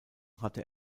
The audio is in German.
hatte